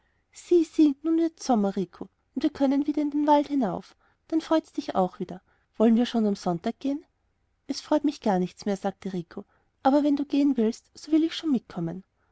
nun wird's sommer rico und wir können wieder in den wald hinauf dann freut's dich auch wieder wollen wir schon am sonntag gehen es freut mich gar nichts mehr sagte rico aber wenn du gehen willst so will ich schon mitkommen